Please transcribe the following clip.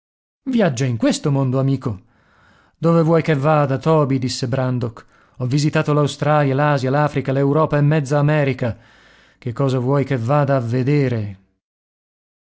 viaggia in questo mondo amico dove vuoi che vada toby disse brandok ho visitato l'australia l'asia l'africa l'europa e mezza america che cosa vuoi che vada a vedere